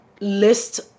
list